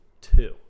Two